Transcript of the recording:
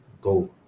go